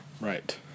right